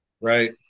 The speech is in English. Right